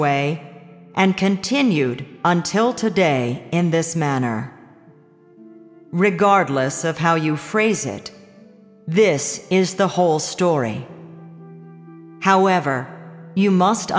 way and continued until today in this manner regardless of how you phrase it this is the whole story however you must